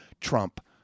trump